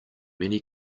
many